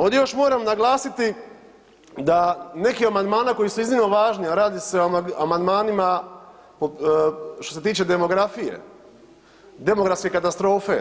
Ovdje još moram naglasiti da neki od amandmana koji su iznimno važni, a radi se o amandmanima što se tiče demografije, demografske katastrofe